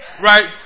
Right